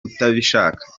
utabishaka